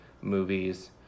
movies